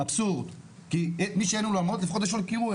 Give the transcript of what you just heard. כי מי שאין אולמות, לפחות יש לו כירוי.